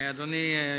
אדוני היושב-ראש,